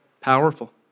Powerful